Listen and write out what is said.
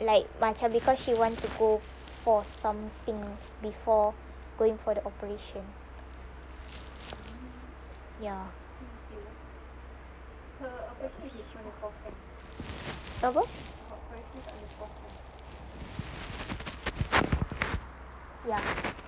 like because she wanted to go for something before going for the operation apa ya